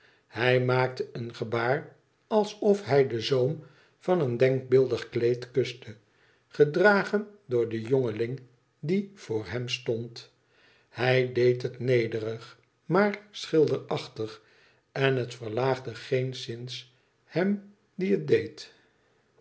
hij maakte een gebaar alsof hij den zoom van een denkbeeldig kleed kuste gedragen door den jongeling die voor hem stond hij deed het nederig maar schilderachtig en het verlaagde geenszins hem die het deed